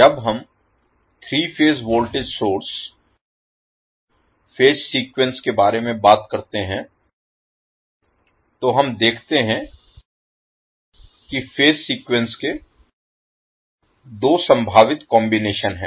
जब हम 3 phase voltage source phase sequence के बारे में बात करते हैं तो हम देखते हैं कि फेज सीक्वेंस के दो संभावित कॉम्बिनेशन हैं